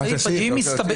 אה, רק את הסעיף?